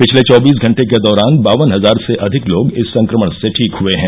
पिछले चौबीस घंटे के दौरान बावन हजार से अधिक लोग इस संक्रमण से ठीक हए हैं